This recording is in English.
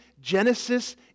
Genesis